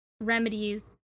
remedies